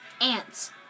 Ants